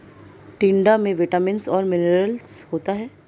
टिंडा में विटामिन्स और मिनरल्स होता है